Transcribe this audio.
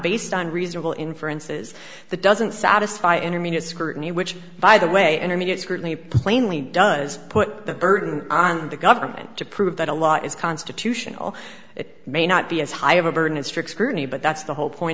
based on reasonable inferences that doesn't satisfy intermediate scrutiny which by the way intermediate scrutiny plainly does put the burden on the government to prove that a law is constitutional it may not be as high of a burden in strict scrutiny but that's the whole point